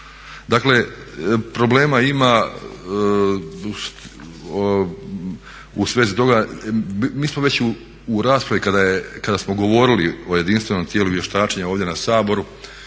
Dakle, problema ima u svezi toga. Mi smo već u raspravi kada smo govorili o jedinstvenom tijelu vještačenja ovdje na Saboru,